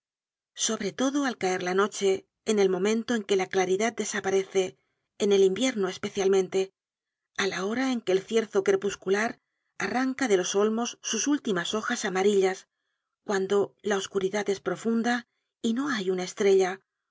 sobre todo al caer la noche en el momento en que la claridad desaparece en el invierno especialmente á la hora en que el cierzo crepuscular arranca de los olmos sus últimas hojas amarillas cuando la oscuridad es profunda y no hay una estrella